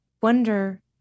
wonder